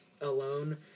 alone